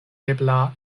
ebla